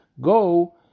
Go